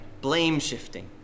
Blame-shifting